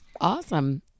Awesome